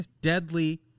deadly